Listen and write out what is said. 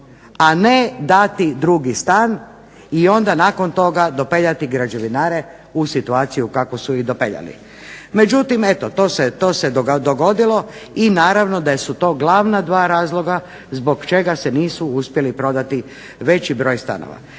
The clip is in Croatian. a ne dati drugi stan i onda nakon toga dopeljati građevinare u situaciju kakvu su ih dopeljali. Međutim eto, to se dogodilo i naravno da su to glavna dva razloga zbog čega se nisu uspjeli prodati veći broj stanova.